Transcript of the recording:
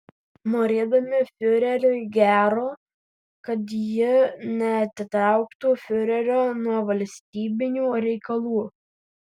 norėdami fiureriui gero kad ji neatitrauktų fiurerio nuo valstybinių reikalų